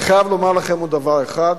אני חייב לומר לכם עוד דבר אחד,